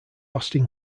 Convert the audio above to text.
austin